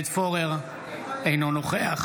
אינו נוכח